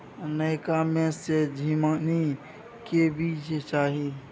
नयका में से झीमनी के बीज चाही?